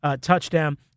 touchdown